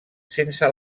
sense